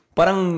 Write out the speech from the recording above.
Parang